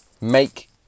Make